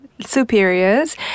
superiors